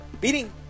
beating